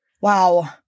Wow